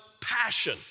passion